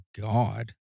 God